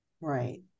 Right